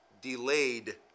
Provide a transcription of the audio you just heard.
Delayed